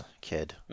kid